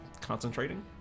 concentrating